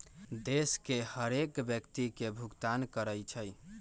देश के हरेक व्यक्ति के भुगतान करइ छइ